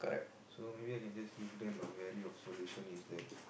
so maybe I can just give them a value of solution is that